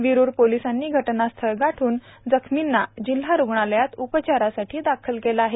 विरुर पोलिसांनी घटनास्थळ गाठून जखमींना जिल्हा रुग्णालयात उपचारासाठी दाखल केले आहेत